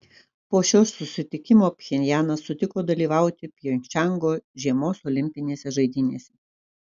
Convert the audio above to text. po šio susitikimo pchenjanas sutiko dalyvauti pjongčango žiemos olimpinėse žaidynėse